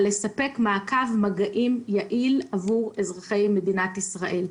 לספק מעקב מגעים יעיל עבור אזרחי מדינת ישראל.